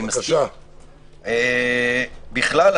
בכלל,